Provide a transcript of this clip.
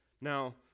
Now